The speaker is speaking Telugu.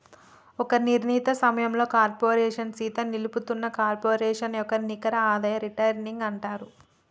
ఒక నిర్ణీత సమయంలో కార్పోరేషన్ సీత నిలుపుతున్న కార్పొరేషన్ యొక్క నికర ఆదాయం రిటైర్డ్ ఎర్నింగ్స్ అంటారు